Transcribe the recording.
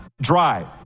drive